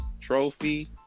trophy